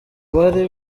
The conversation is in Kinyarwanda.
bari